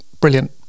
brilliant